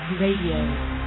Radio